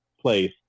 place